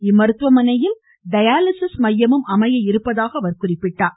இம்மருத்துவமனையில் dialysis மையமும் அமைய உள்ளதாக குறிப்பிட்டார்